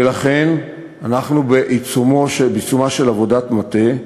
לכן אנחנו בעיצומה של עבודת מטה,